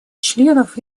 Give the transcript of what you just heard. членов